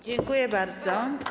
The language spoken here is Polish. Dziękuję bardzo.